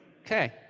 Okay